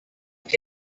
que